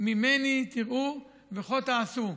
ממני תראו וכה תעשו.